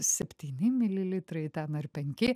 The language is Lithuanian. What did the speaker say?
septyni mililitrai ten ar penki